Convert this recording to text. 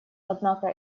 однако